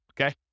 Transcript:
okay